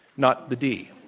not the d.